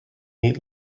meat